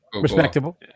respectable